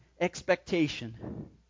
expectation